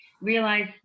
realize